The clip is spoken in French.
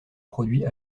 produit